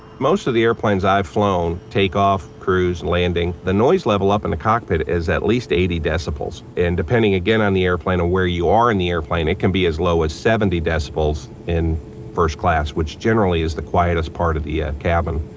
most of the airplanes i've flown takeoff, cruise, landing the noise level up in the cockpit is at least eighty decibels. depending again on the airplane or where you are in the airplane, it can be as low as seventy decibels in first class, which generally is the quietest part of the yeah cabin.